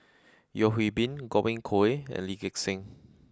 Yeo Hwee Bin Godwin Koay and Lee Gek Seng